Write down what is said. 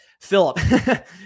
Philip